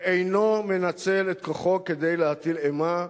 ואינו מנצל את כוחו כדי להטיל אימה,